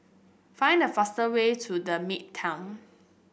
find the fastest way to The Midtown